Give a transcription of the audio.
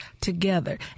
together